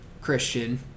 Christian